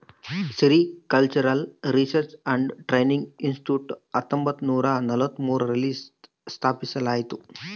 sericultural research and training institute ಹತ್ತೊಂಬತ್ತುನೂರ ನಲವತ್ಮೂರು ರಲ್ಲಿ ಸ್ಥಾಪಿಸ್ಯಾರ